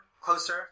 closer